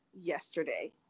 yesterday